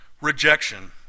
rejection